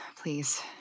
please